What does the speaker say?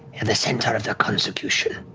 and the center of the consecution.